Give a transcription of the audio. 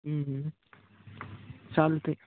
चालतं आहे